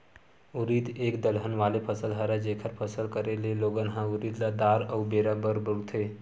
उरिद एक दलहन वाले फसल हरय, जेखर फसल करे ले लोगन ह उरिद ल दार अउ बेरा बर बउरथे